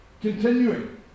continuing